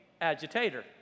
agitator